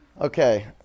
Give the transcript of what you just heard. Okay